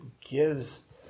gives